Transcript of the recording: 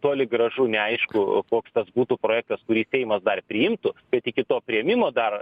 toli gražu neaišku koks tas būtų projektas kurį seimas dar priimtų bet iki to priėmimo dar